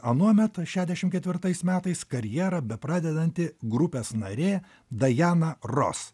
anuomet šešdešim ketvirtais metais karjerą bepradedanti grupės narė dajana ros